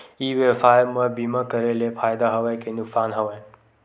ई व्यवसाय म बीमा करे ले फ़ायदा हवय के नुकसान हवय?